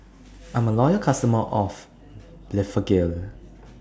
I'm A Loyal customer of Blephagel